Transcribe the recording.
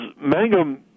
Mangum